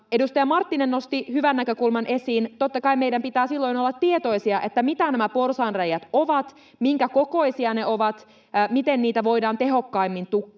Edustaja Marttinen nosti hyvän näkökulman esiin. Totta kai meidän pitää silloin olla tietoisia, mitä nämä porsaanreiät ovat, minkäkokoisia ne ovat, miten niitä voidaan tehokkaimmin tukkia.